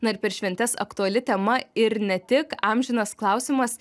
na ir per šventes aktuali tema ir ne tik amžinas klausimas